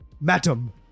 madam